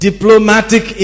Diplomatic